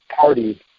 party